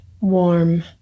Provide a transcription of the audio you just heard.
warm